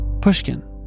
Pushkin